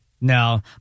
No